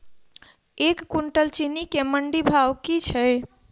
एक कुनटल चीनी केँ मंडी भाउ की छै?